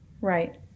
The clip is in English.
Right